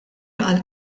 għall